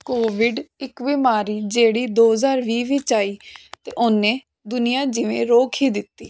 Covid ਇੱਕ ਬਿਮਾਰੀ ਜਿਹੜੀ ਦੋ ਹਜਾਰ ਵੀਹ ਵਿੱਚ ਆਈ ਤੇ ਉਹਨੇ ਦੁਨੀਆਂ ਜਿਵੇਂ ਰੋਕ ਹੀ ਦਿੱਤੀ